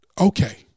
okay